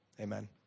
Amen